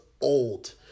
old